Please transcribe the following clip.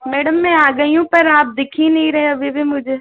madam मैं आ गई हूँ पर आप दिख ही नहीं रहे अभी भी मुझे